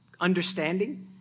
understanding